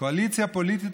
קואליציה פוליטית,